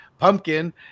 Pumpkin